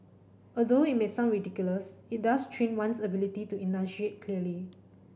although it may sound ridiculous it does train one's ability to enunciate clearly